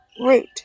root